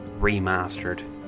Remastered